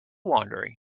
wandering